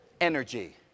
energy